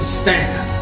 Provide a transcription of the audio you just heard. stand